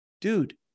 dude